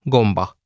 Gomba